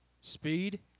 Speed